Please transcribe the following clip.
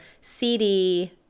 CD